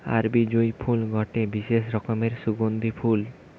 আরবি জুঁই ফুল গটে বিশেষ রকমের সুগন্ধিও ফুল